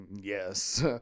Yes